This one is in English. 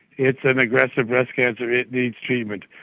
it's an aggressive breast cancer, it needs treatment.